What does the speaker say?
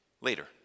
later